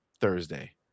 thursday